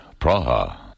Praha